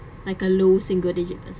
like a low single-digit percent